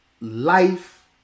life